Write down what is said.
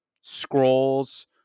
scrolls